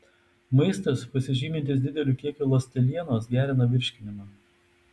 maistas pasižymintis dideliu kiekiu ląstelienos gerina virškinimą